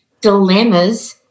dilemmas